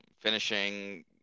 finishing